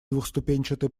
двухступенчатый